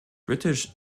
british